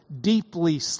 deeply